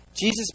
Jesus